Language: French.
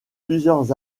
plusieurs